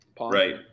Right